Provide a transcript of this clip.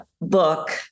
book